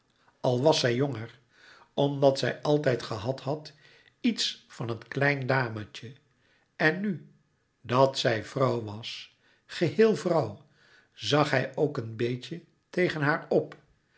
al was zij jonger omdat zij altijd gehad had iets van een klein dametje en nu dat zij vrouw was geheel vrouw zag hij ook een beetje tegen haar op